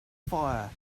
fire